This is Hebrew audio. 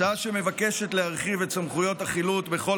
ההצעה מבקשת להרחיב את סמכויות החילוט בכל